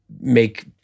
make